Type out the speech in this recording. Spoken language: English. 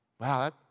Wow